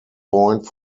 point